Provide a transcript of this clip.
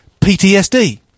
PTSD